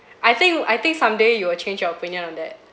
I think I think someday you will change your opinion on that